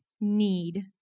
need